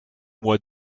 mois